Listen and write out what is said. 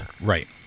right